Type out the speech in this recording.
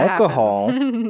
Alcohol